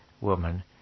Woman